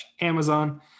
Amazon